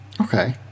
Okay